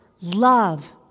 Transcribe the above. Love